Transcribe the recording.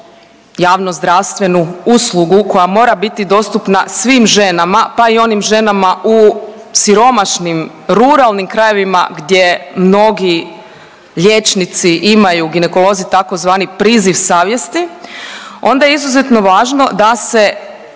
javnozdravstvenu uslugu koja mora biti dostupna svim ženama pa i onim ženama u siromašnim ruralnim krajevima gdje mnogi liječnici imaju ginekolozi tzv. priziv savjesti onda je izuzetno važno da se